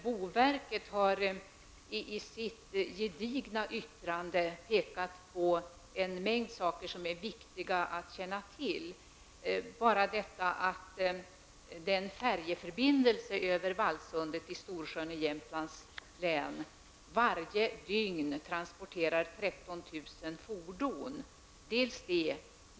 Boverket har i sitt gedigna yttrande pekat på en mängd omständigheter som är viktiga att känna till, t.ex. att den färjeförbindelse över Vallsundet i Storsjön som ligger i Jämtlands län varje dygn transporterar 13 000 fordon.